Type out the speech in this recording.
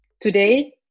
Today